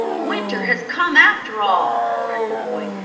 winter has come after all! cried the boy.